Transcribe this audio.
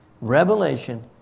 Revelation